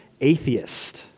atheist